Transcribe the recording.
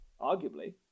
Arguably